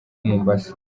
mombasa